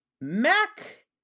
Mac